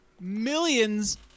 millions